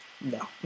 no